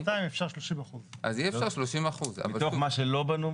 אז יהיה אפשר 30%. מתוך מה שלא בנו?